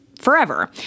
forever